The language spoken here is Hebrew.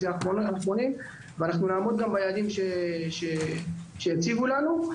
האחרונים ואנחנו נעמוד גם ביעדים שהציבו לנו.